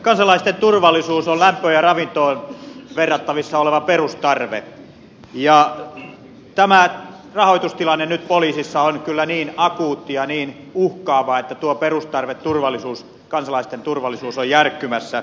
kansalaisten turvallisuus on lämpöön ja ravintoon verrattavissa oleva perustarve ja tämä rahoitustilanne nyt poliisissa on kyllä niin akuutti ja niin uhkaava että tuo perustarve turvallisuus kansalaisten turvallisuus on järkkymässä